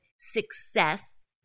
success